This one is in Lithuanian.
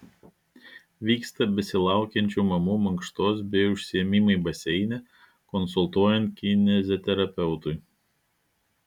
vyksta besilaukiančių mamų mankštos bei užsiėmimai baseine konsultuojant kineziterapeutui